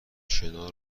شنا